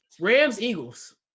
Rams-Eagles